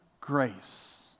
grace